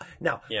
now